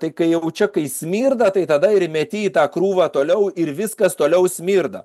tai kai jau čia kai smirda tai tada ir meti į tą krūvą toliau ir viskas toliau smirda